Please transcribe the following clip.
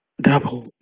double